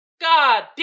God